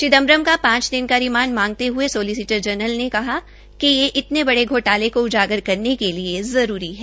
चिदम्बरम का पांच दिन का रिमांड मांगते हये सोलीससीटर जनरल ने कहा कि ये इतने बड़े घोटाले को उजागर करने के लिए जरूरी है